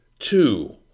Two